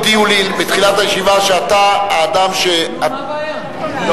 בתחילת הישיבה הודיעו לי שאתה האדם, נו, מה הבעיה?